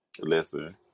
listen